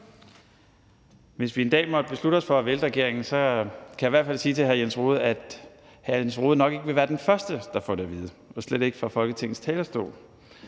Hvis vi en dag måtte beslutte os for at vælte regeringen, kan jeg i hvert fald sige til hr. Jens Rohde, at hr. Jens Rohde nok ikke vil være den første, der får det at vide – og slet ikke fra Folketingets talerstol.